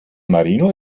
marino